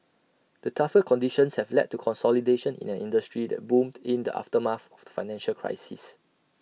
the tougher conditions have led to consolidation in an industry that boomed in the aftermath of the financial crisis